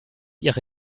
ihre